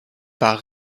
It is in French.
par